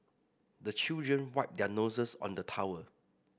the children wipe their noses on the towel